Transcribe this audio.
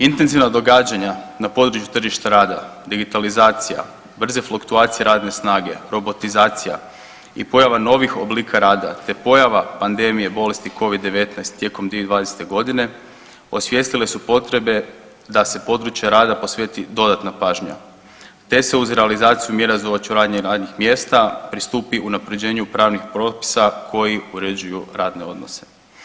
Intenzivna događanja na području tržišta rada digitalizacija, brze fluktuacije radne snage, robotizacija i pojava novih oblika rada, te pojava pandemije bolesti Covid-19 tijekom 2020.g. osvijestile su potrebe da se području rada posveti dodatna pažnja, te se uz realizaciju mjera za očuvanje radnih mjesta pristupi unaprjeđenju pravnih propisa koji uređuju radne odnose.